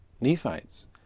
Nephites